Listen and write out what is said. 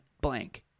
blank